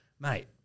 mate